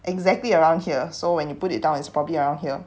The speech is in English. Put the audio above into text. exactly around here so when you put it down is probably around here